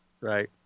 Right